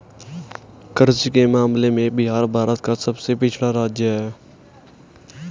कृषि के मामले में बिहार भारत का सबसे पिछड़ा राज्य है